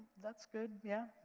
that's good, yeah